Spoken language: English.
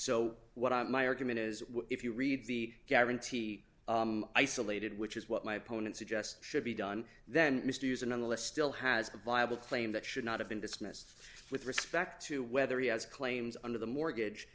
so what i my argument is if you read the guarantee isolated which is what my opponent suggests should be done then mr user nonetheless still has a viable claim that should not have been dismissed with respect to whether he has claims under the mortgage